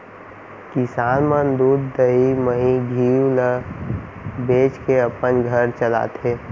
किसान मन दूद, दही, मही, घींव ल बेचके अपन घर चलाथें